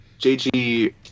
JG